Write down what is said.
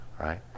right